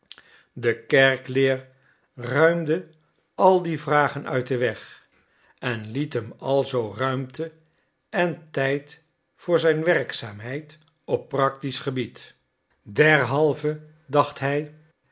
de kerkleer ruimde al die vragen uit den weg en liet hem alzoo ruimte en tijd voor zijn werkzaamheid op practisch gebied derhalve dacht hij